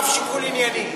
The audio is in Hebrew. אף שיקול ענייני.